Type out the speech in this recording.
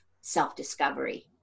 self-discovery